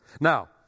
Now